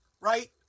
right